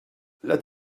let